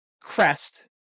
crest